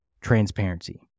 transparency